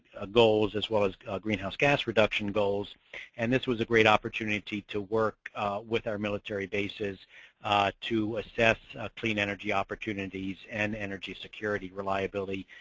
ah goals as well as greenhouse gas reduction goals and this was a great opportunity to work with our military bases to assess clean energy opportunities and energy security, reliability,